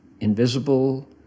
invisible